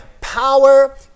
power